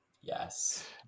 Yes